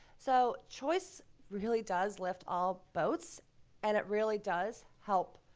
so choice really does lift all boats and it really does help,